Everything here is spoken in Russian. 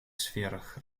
сферах